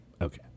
Okay